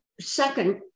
Second